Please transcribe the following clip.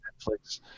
Netflix